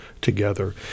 together